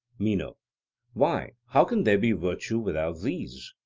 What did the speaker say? meno why, how can there be virtue without these?